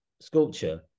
sculpture